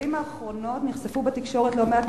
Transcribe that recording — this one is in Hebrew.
בשנים האחרונות נחשפו בתקשורת לא מעט